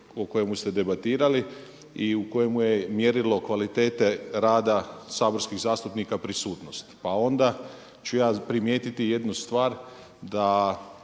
o kojemu ste debatirali i u kojemu je mjerilo kvalitete rada saborskih zastupnika prisutnost. Pa onda ću ja primijetiti jednu stvar, da